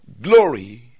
glory